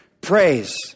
praise